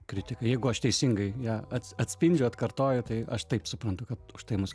kritiką jeigu aš teisingai ją atspindžiu atkartoju tai aš taip suprantu kad už tai mus